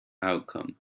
outcome